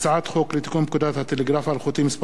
הצעת חוק לתיקון פקודת הטלגרף האלחוטי (מס'